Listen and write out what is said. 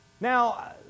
Now